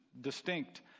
distinct